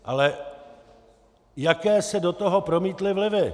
Ale jaké se do toho promítly vlivy?